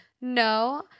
No